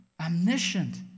omniscient